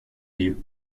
dieu